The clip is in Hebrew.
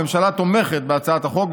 הממשלה תומכת בהצעת החוק,